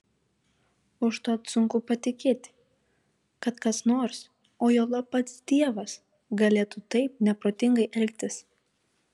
užtat sunku patikėti kad kas nors o juolab pats dievas galėtų taip neprotingai elgtis